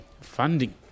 funding